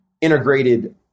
integrated